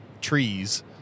trees